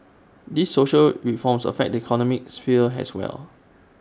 these social reforms affect the economic sphere as well